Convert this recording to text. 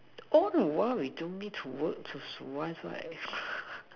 all the while we don't need to work to survive right